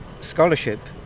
scholarship